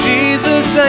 Jesus